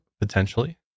potentially